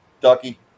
Ducky